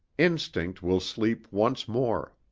instinct will sleep once more.